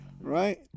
right